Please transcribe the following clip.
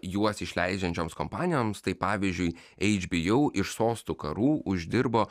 juos išleidžiančioms kompanijoms tai pavyzdžiui eič bi ju iš sostų karų uždirbo